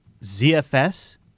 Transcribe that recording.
ZFS